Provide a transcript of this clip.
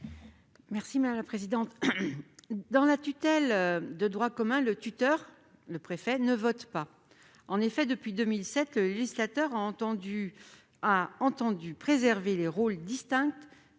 Mme Michelle Meunier. Dans la tutelle de droit commun, le tuteur ne vote pas. En effet, depuis 2007, le législateur a entendu préserver les rôles distincts